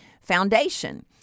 foundation